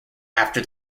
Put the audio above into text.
after